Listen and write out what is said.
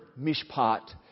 mishpat